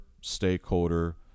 stakeholder